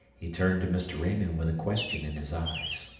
he turned to mr. raymond with a question in his eyes.